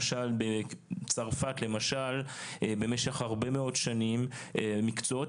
בצרפת למשל במשך הרבה מאוד שנים מקצועות